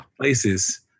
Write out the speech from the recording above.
places